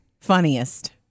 funniest